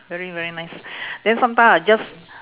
very very nice then sometime I just